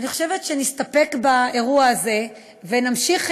אני חושבת שנסתפק באירוע הזה ונמשיך